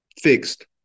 fixed